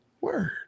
Word